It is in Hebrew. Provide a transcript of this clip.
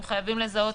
אנחנו חייבים לזהות,